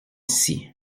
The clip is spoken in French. ici